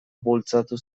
bultzatu